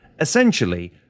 essentially